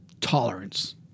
tolerance